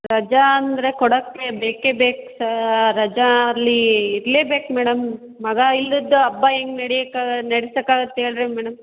ರಜೆ ಅಂದರೆ ಕೊಡೋಕ್ಕೆ ಬೇಕೇ ಬೇಕು ಸ ರಜೆ ಅಲ್ಲಿ ಇರಲೇಬೇಕು ಮೇಡಮ್ ಮಗ ಇಲ್ದಿದ್ದ ಹಬ್ಬ ಹೆಂಗ ನಡೆಯೋಕ್ಕೆ ನಡ್ಸೋಕ್ಕಾಗುತ್ತೆ ಹೇಳ್ರಿ ಮೇಡಮ್